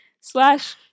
slash